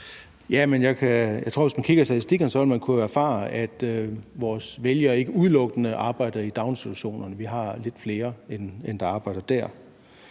Jeg tror, at hvis man kigger i statistikkerne, vil man kunne erfare, at vores vælgere ikke udelukkende arbejder i daginstitutioner. Vi har lidt flere, end der arbejder dér.